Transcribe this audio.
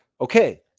okay